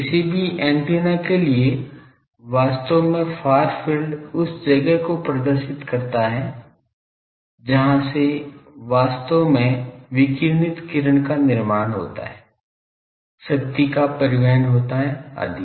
किसी भी एंटीना के लिए वास्तव में फार फील्ड उस जगह को प्रदर्शित करता है जहां से वास्तव विकिरणित किरण का निर्माण होता है शक्ति का परिवहन होता है आदि